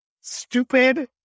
stupid